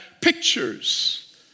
pictures